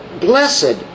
Blessed